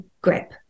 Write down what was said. grip